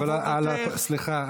סליחה,